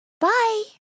Bye